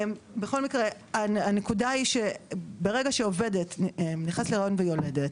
בכל מקרה הנקודה היא שברגע שעובד נכנסת להריון ויולדת,